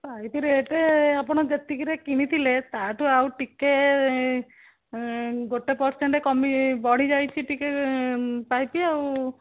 pipe rate ଆପଣ ଯେତିକିରେ କିଣିଥିଲେ ତାଠୁ ଆଉ ଟିକେ ଗୋଟେ ପରସେଣ୍ଟ କମି ବଢ଼ିଯାଇଛି ଟିକେ ପାଇପ୍ ଆଉ